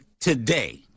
today